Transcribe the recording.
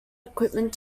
equipment